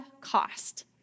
cost